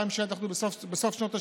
ממשלת אחדות הייתה בסוף שנות השמונים.